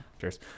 Cheers